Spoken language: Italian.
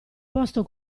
posto